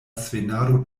svenado